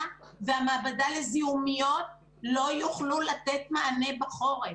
והמעבדה לזיהומיות לא יוכלו לתת מענה בחורף,